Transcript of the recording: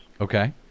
Okay